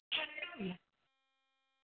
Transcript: Hallelujah